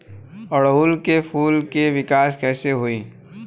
ओड़ुउल के फूल के विकास कैसे होई?